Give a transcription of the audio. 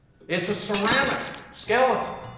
it's a ceramic skeleton.